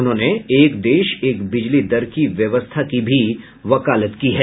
उन्होंने एक देश एक बिजली दर की व्यवस्था की भी वकालत की है